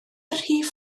rif